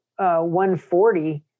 140